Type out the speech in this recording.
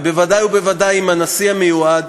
ובוודאי ובוודאי עם הנשיא המיועד,